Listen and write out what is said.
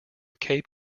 cape